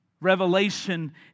Revelation